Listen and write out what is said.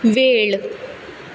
वेळ